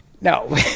no